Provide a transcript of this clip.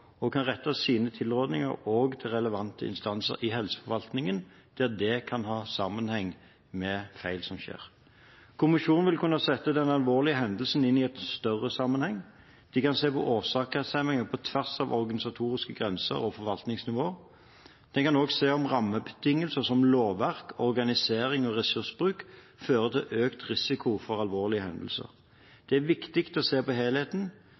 og den kan rette sine tilrådinger også til relevante instanser i helseforvaltningen der det kan ha sammenheng med feil som skjer. Kommisjonen vil kunne sette den alvorlige hendelsen inn i en større sammenheng. Den kan se på årsaker som går på tvers av organisatoriske grenser og forvaltningsnivåer. Den kan også se om rammebetingelser, som lovverk, organisering og ressursbruk, fører til økt risiko for alvorlige hendelser. Det er viktig å se på helheten,